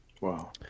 Wow